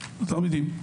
לכיתות.